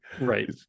Right